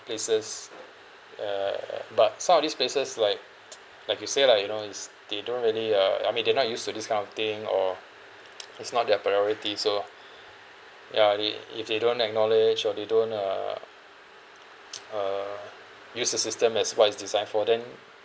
places ya but some of these places like like you say lah you know is they don't really uh I mean they're not used to this kind of thing or it's not their priority so ya they if they don't acknowledge or they don't uh uh use the system as what is designed for then